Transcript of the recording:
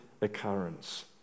occurrence